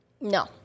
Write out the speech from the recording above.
no